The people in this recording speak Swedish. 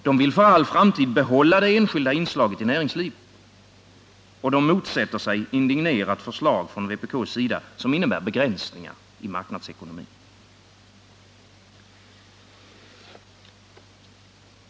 De vill för all framtid behålla det enskilda inslaget i näringslivet. Och de motsätter sig indignerat förslag från vpk:s sida som innebär begränsningar i marknadsekonomin.